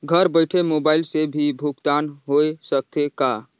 घर बइठे मोबाईल से भी भुगतान होय सकथे का?